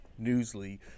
Newsly